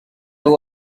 two